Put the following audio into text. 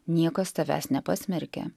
niekas tavęs nepasmerkė